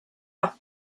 leur